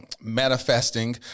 manifesting